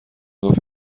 گفت